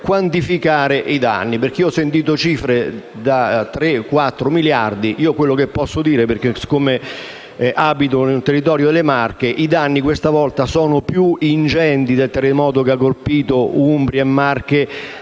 quantificare i danni, perché ho sentito cifre di 3 o 4 miliardi, mentre io posso dire, visto che abito nel territorio delle Marche, che i danni questa volta sono più ingenti del terremoto che ha colpito l'Umbria e le Marche